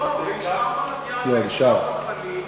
לא, זה נשאר בלוויין ונשאר בכבלים.